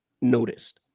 noticed